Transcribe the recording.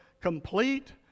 complete